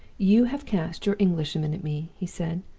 you have cast your englishman at me he said,